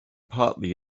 partly